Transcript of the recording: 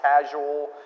casual